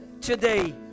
Today